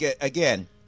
again